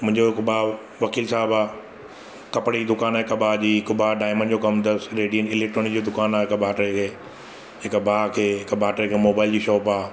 मुंहिंजो हिकु भाउ वकील साहिबु आहे कपिड़े जी दुकानु आहे हिकु भाउ जी हिकु भाउ डायमंड जो कमु अथसि रेडी इलैक्ट्रॉनिक्स जी दुकानु आहे हिक भाइटे खे हिक भाउ खे हिक भाइटे खे मोबाइल जी शॉप आहे